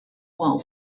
while